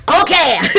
Okay